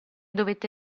dovette